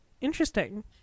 Interesting